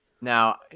now